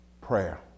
prayer